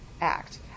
act